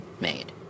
made